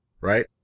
right